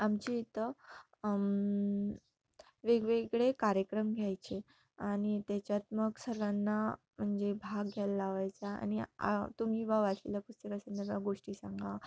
आमच्या इथं वेगवेगळे कार्यक्रम घ्यायचे आणि त्याच्यात मग सर्वांना म्हणजे भाग घ्यायला लावायचा आणि आ तुम्ही बाबा वाचलेल्या पुस्तकातनं गोष्टी सांगा